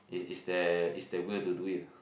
is is their is their will to do it